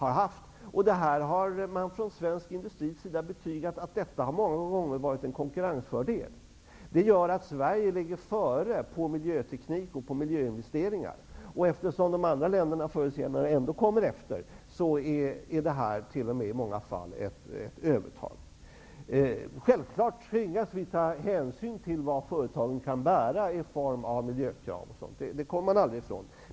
Från svensk industri har betygats att detta många gånger har varit en konkurrensfördel. Det gör att Sverige ligger före i fråga om miljöteknik och miljöinvesteringar. Eftersom de andra länderna förr eller senare ändå kommer efter är detta i många fall t.o.m. ett övertag. Självklart tvingas vi ta hänsyn till vad företagen kan bära i form av miljökrav och sådant, det kommer man aldrig ifrån.